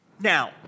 Now